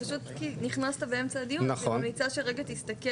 בגלל שנכנסת באמצע הדיון אז אני מציעה שתקרא